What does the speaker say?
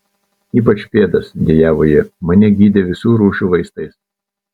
ypač pėdas dejavo ji mane gydė visų rūšių vaistais